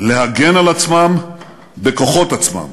להגן על עצמם בכוחות עצמם".